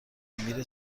میره